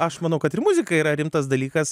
aš manau kad ir muzika yra rimtas dalykas